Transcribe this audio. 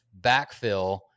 backfill